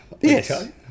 Yes